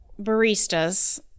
baristas